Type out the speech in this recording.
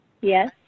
Yes